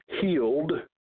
healed